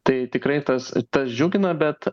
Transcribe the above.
tai tikrai tas tas džiugina bet